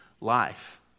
life